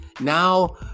Now